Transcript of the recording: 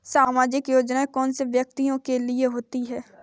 सामाजिक योजना कौन से व्यक्तियों के लिए होती है?